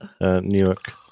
Newark